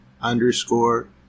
underscore